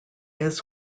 his